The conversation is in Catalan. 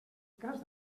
cas